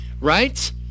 Right